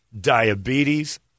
diabetes